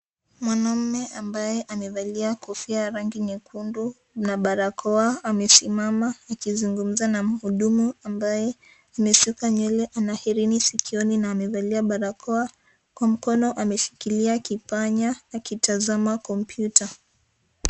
Mwanamme ambaye amevalia kofia ya rangi nyekundu na barakoa amesimama akizungumza na mhudumu ambaye amesuka nywele ana herini sikioni na amevalia barakoa, kwa mkono ameshikilia kipanya akitazama kompyuta.